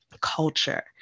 culture